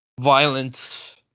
violence